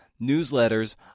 Newsletters